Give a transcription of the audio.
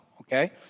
okay